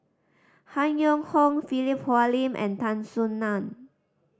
Han Yong Hong Philip Hoalim and Tan Soo Nan